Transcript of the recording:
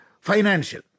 Financial